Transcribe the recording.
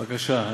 בבקשה.